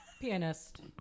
Pianist